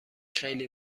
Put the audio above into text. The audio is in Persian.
خیلی